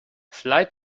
slide